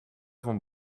van